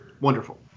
wonderful